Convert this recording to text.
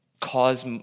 cause